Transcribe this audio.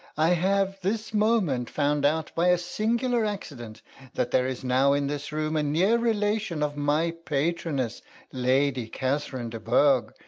i have this moment found out by a singular accident that there is now in this room a near relation of my patroness lady catherine de bourg.